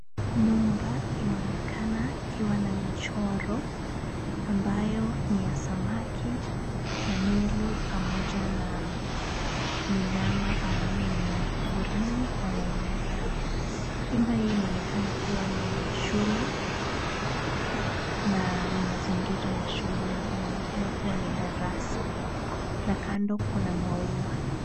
Nyumba inaonekana ikiwa na michoro ambayo ni ya samaki na miili pamoja na minyama ambayo ni ya porini na ya nyumbani. Nyumba hii inaonekana kuwa ni shule na ni mazingira ya shuleni. Inaonekana kuwa ni darasa na kando kuna maua.